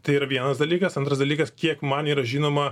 tai yra vienas dalykas antras dalykas kiek man yra žinoma